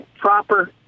proper